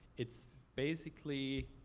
it's basically